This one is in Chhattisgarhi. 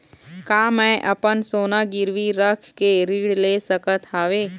का मैं अपन सोना गिरवी रख के ऋण ले सकत हावे?